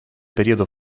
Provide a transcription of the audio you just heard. periodo